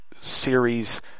series